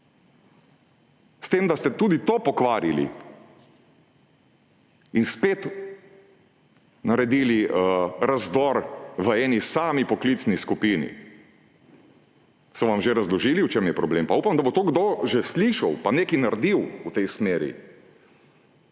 S tem da ste tudi to pokvarili in spet naredili razdor v eni sami poklicni skupini. Smo vam že razložili, v čem je problem, pa upam, da bo to že kdo slišal pa nekaj naredil v tej smeri.